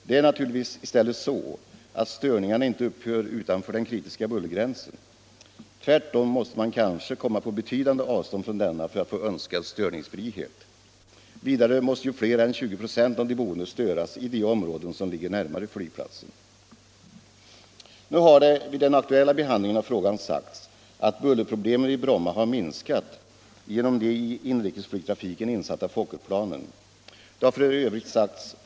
Det är naturligtvis i stället så att störningarna inte upphör utanför den kritiska bullergränsen. Tvärtom måste man kanske komma på betydande avstånd från denna för att få önskad störningsfrihet. Vidare måste ju fler än 20 96 av de boende störas i de områden som ligger närmare flygplatsen. Nu har det vid den aktuella behandlingen av frågan sagts att bullerproblemen vid Bromma har minskat genom de i inrikesflygtrafiken insatta Fokkerplanen. Det har f.ö.